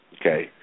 Okay